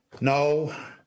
No